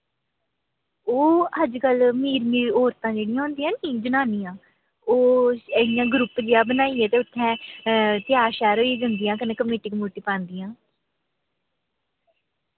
ओह् अज्जकल मीर मीर औरतां जेह्ड़ियां होंदियां नी जनानियां ओह् इ'य्यां ग्रुप देआ बनाइयै ते उत्थै त्यार शयार होइयै जन्दियां कन्नै कमेटी कमुटी पांदियां